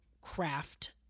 craft